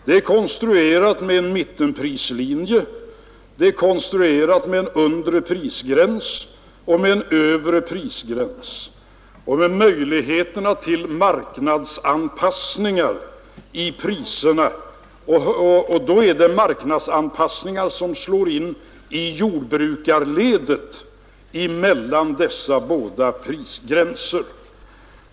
Det är konstruerat med en mittenprislinje, med en undre prisgräns och en övre prisgräns och med möjligheter till marknadsanpassningar av priserna — marknadsanpassningar som slår i jordbrukarledet mellan dessa båda prisgränser.